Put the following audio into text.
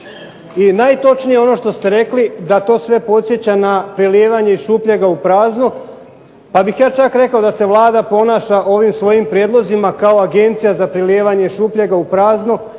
I najtočnije ono što ste rekli da to sve podsjeća na prelijevanje iz šupljega u prazno, pa bih ja čak rekao da se Vlada ponaša ovim svojim prijedlozima kao agencija za prelijevanje šupljega u prazno